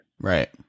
Right